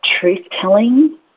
truth-telling